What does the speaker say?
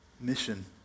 mission